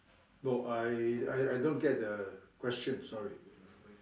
no I I I don't get the question sorry